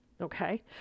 Okay